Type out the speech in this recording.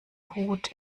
hut